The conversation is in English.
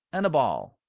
and a ball.